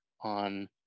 on